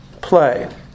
play